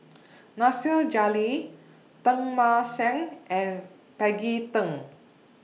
Nasir Jalil Teng Mah Seng and Maggie Teng